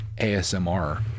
ASMR